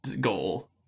goal